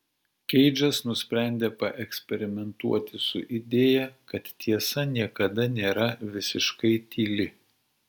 keidžas nusprendė paeksperimentuoti su idėja kad tiesa niekada nėra visiškai tyli